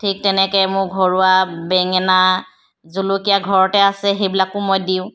ঠিক তেনেকৈ মোৰ ঘৰুৱা বেঙেনা জলকীয়া ঘৰতে আছে সেইবিলাকো মই দিওঁ